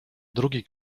drugi